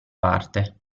parte